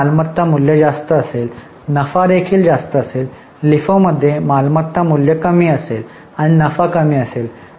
तर मालमत्ता मूल्य जास्त असेल नफा देखील जास्त असेल लिफोमध्ये मालमत्ता मूल्य कमी असेल आणि नफा कमी असेल